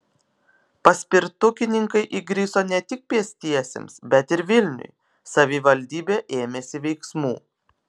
paspirtukininkai įgriso ne tik pėstiesiems bet ir vilniui savivaldybė ėmėsi veiksmų